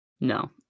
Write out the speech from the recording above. No